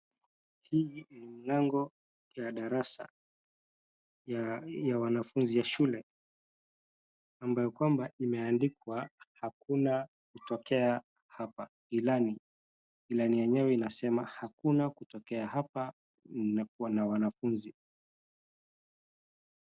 Hii ni mlango ya darasa ya wanafunzi wa shule, ambayo kwamba, imeandikwa hakuna kutokea hapa ilani, ilani yenyewe inasema hakuna kutokea hapa, na kwa wanafunzi.